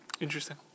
Interesting